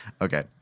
Okay